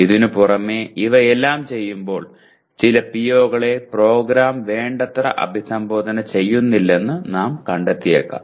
ഇതിനുപുറമെ ഇവയെല്ലാം ചെയ്യുമ്പോൾ ചില PO കളെ പ്രോഗ്രാം വേണ്ടത്ര അഭിസംബോധന ചെയ്യുന്നില്ലെന്ന് നാം കണ്ടെത്തിയേക്കാം